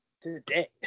today